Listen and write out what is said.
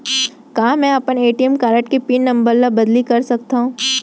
का मैं अपन ए.टी.एम कारड के पिन नम्बर ल बदली कर सकथव?